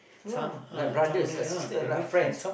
lah like brothers like sister like friends